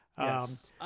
Yes